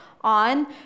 on